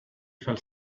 fell